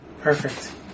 Perfect